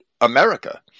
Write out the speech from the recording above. America